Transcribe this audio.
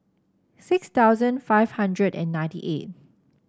six thousand five hundred and ninety eight